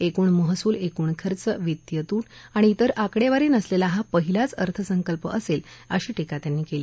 एकूण महसूल एकूण खर्च वितीय तूट आणि इतर आकडेवारी नसलेला हा पहिलाच अर्थसंकल्प असेल अशी टीका त्यांनी केली